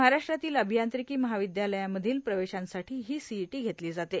महाराष्ट्रातील अभियांत्रिकी महाविद्यालयामधील प्रवेशांसाठी ही सीईटी घेतली जाते